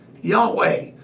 Yahweh